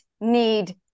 need